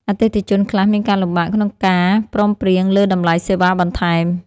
អតិថិជនខ្លះមានការលំបាកក្នុងការព្រមព្រៀងលើតម្លៃសេវាបន្ថែម។